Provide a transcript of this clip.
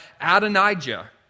Adonijah